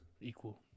equal